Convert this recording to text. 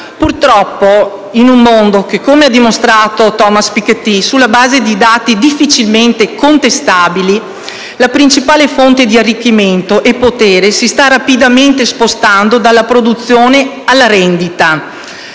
Purtroppo, in un mondo in cui, come ha dimostrato Thomas Piketty sulla base di dati difficilmente contestabili, la principale fonte di arricchimento e potere si sta rapidamente spostando dalla produzione alla rendita: